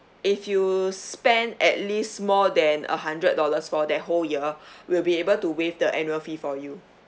if you spend at least more than a hundred dollars for that whole year we'll be able to waive the annual fee for you